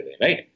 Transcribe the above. right